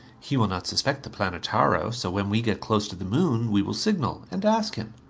he will not suspect the planetara so when we get close to the moon, we will signal and ask him.